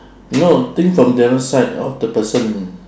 no think from the other side of the person